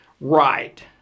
right